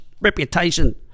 reputation